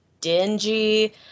dingy